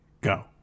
go